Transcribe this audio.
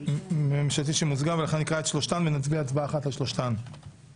המצאת התראה וזכות להתגונן בתביעה על סכום